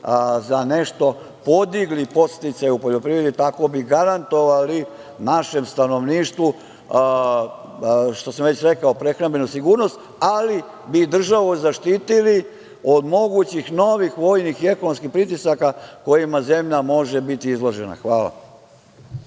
za nešto podigli podsticaje u poljoprivredi, tako bi garantovali našem stanovništvu, što sam već rekao, prehrambenu sigurnost, ali bi državu zaštitili od mogućih novih vojnih i ekonomskih pritisaka kojima zemlja može biti izložena. Hvala.